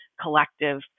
collective